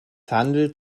handelt